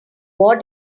war